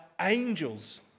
angels